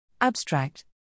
Abstract